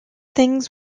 things